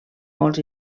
molts